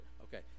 Okay